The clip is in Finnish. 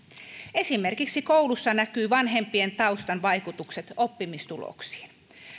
esimerkiksi koulussa näkyy vanhempien taustan vaikutukset oppimistuloksiin